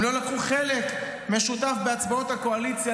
הם לא לקחו חלק משותף בהצבעות הקואליציה,